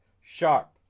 Sharp